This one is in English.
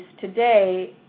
today